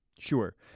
Sure